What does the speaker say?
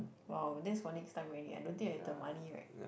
!wow! that's for next time already I don't think I have the money right